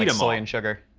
like soy and sugar.